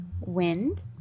wind